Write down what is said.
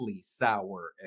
sour